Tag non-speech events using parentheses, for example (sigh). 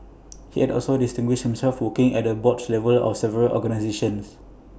(noise) he has also distinguished himself working at the board level of several organisations